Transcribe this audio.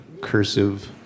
cursive